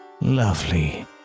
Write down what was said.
lovely